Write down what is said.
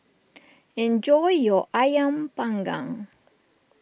enjoy your Ayam Panggang